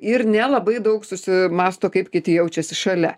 ir nelabai daug susimąsto kaip kiti jaučiasi šalia